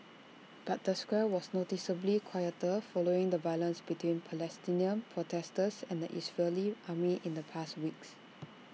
but the square was noticeably quieter following the violence between Palestinian protesters and the Israeli army in the past weeks